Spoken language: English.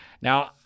Now